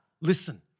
listen